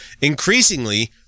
increasingly